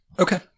Okay